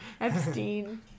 epstein